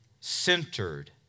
centered